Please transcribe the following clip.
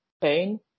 pain